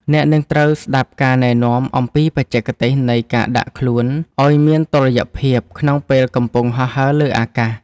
អ្នកនឹងត្រូវស្ដាប់ការណែនាំអំពីបច្ចេកទេសនៃការដាក់ខ្លួនឱ្យមានតុល្យភាពក្នុងពេលកំពុងហោះហើរលើអាកាស។